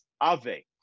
Ave